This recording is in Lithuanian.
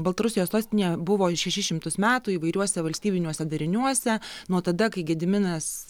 baltarusijos sostinė buvo šešis šimtus metų įvairiuose valstybiniuose dariniuose nuo tada kai gediminas